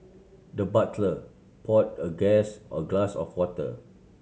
the butler poured a guest a glass of water